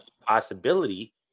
possibility